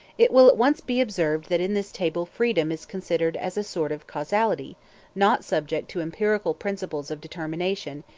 it will at once be observed that in this table freedom is considered as a sort of causality not subject to empirical principles of determination,